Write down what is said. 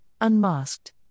unmasked